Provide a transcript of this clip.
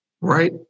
right